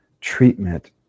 treatment